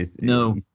No